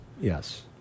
Yes